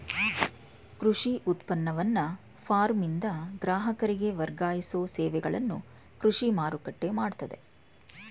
ಕೃಷಿ ಉತ್ಪನ್ನವನ್ನ ಫಾರ್ಮ್ನಿಂದ ಗ್ರಾಹಕರಿಗೆ ವರ್ಗಾಯಿಸೋ ಸೇವೆಗಳನ್ನು ಕೃಷಿ ಮಾರುಕಟ್ಟೆ ಮಾಡ್ತದೆ